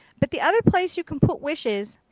but the other place you can put wishes,